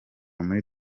muri